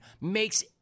makes